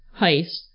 heist